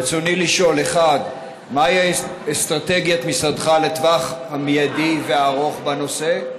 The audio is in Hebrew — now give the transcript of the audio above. רצוני לשאול: 1. מהי אסטרטגיית משרדך לטווח המיידי והארוך בנושא?